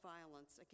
Violence